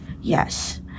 Yes